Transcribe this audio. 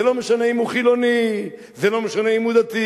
זה לא משנה אם הוא חילוני, זה לא משנה אם הוא דתי,